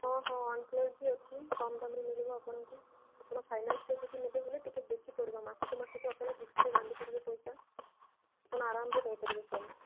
ହଁ ହଁ ଓାନ୍ପ୍ଳସ୍ ବି ଅଛି କମ୍ ଦାମ୍ରେ ମିଳିବ ଆପଣଙ୍କୁ ଆପଣ ଫାଇନାନ୍ସରେ ଯଦି ନେବେବୋଲି ଟିକେ ବେଶୀ ପଡ଼ିବ ମାସକୁ ମାସକୁ ଆପଣ କିସ୍ତିରେ ବାନ୍ଧିପରିବେ ପଇସା ଆପଣ ଆରାମରେ ନେଇପାରିବେ ଫୋନ୍